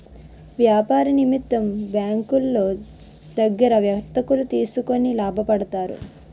వ్యాపార నిమిత్తం బ్యాంకులో దగ్గర వర్తకులు తీసుకొని లాభపడతారు